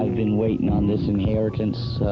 been waiting on this inheritance